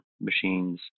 machines